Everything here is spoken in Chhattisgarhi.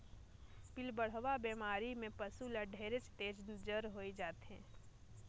पिलबढ़वा बेमारी में पसु ल ढेरेच तेज जर होय जाथे